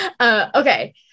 Okay